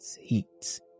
heats